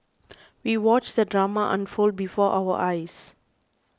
we watched the drama unfold before our eyes